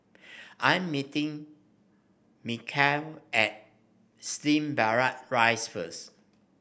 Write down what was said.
I'm meeting Michaele at Slim Barrack Rise first